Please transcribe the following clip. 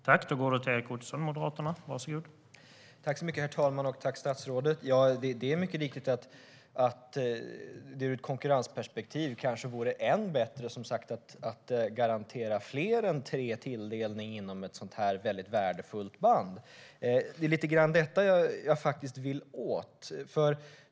Herr talman! Statsrådet! Det är mycket riktigt att det ur ett konkurrensperspektiv kanske vore än bättre, som sagt, att garantera fler än tre tilldelning inom ett sådant här värdefullt band. Det är lite grann detta jag vill åt.